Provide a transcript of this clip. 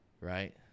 right